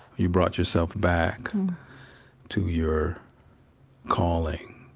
you brought yourself back to your calling